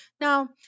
Now